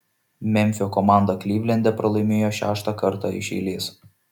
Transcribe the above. memfio komanda klivlende pralaimėjo šeštą kartą iš eilės